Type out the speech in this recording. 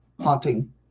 haunting